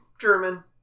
German